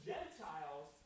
Gentiles